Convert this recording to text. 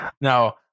now